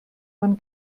man